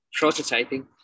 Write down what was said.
prototyping